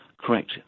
correct